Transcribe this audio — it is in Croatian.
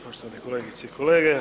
Poštovane kolegice i kolege.